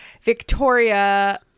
Victoria